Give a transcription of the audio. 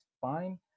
fine